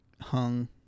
hung